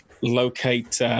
locate